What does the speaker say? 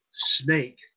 snake